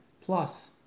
plus